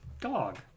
dog